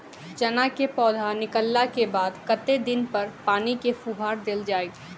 चना केँ पौधा निकलला केँ बाद कत्ते दिन पर पानि केँ फुहार देल जाएँ?